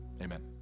amen